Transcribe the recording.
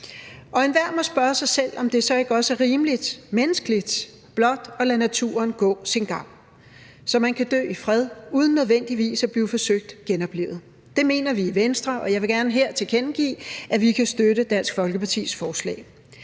Og enhver må spørge sig selv, om det så ikke også er rimeligt menneskeligt blot at lade naturen gå sin gang, så man kan dø i fred uden nødvendigvis at blive forsøgt genoplivet. Det mener vi i Venstre, og jeg vil gerne her tilkendegive, at vi kan støtte Dansk